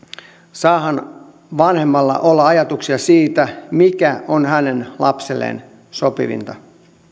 saahan vanhemmalla olla ajatuksia siitä mikä on hänen lapselleen sopivinta